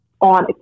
on